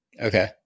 Okay